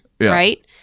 right